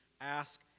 ask